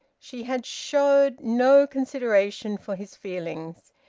she had showed no consideration for his feelings.